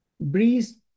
breeze